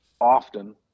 often